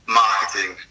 marketing